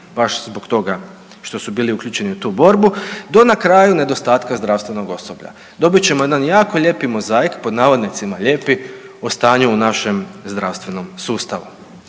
baš zbog toga što su bili uključeni u tu borbu do na kraju nedostatka zdravstvenog osoblja. Dobit ćemo jedan jako „lijepi“ mozaik, o stanju u našem zdravstvenom sustavu.